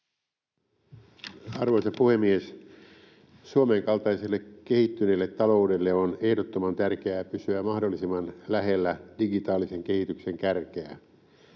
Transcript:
Arvoisa puhemies! Suomen kaltaiselle kehittyneelle taloudelle on ehdottoman tärkeää pysyä mahdollisimman lähellä digitaalisen kehityksen kärkeä.